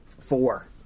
Four